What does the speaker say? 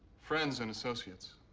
friends and associates.